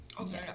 Okay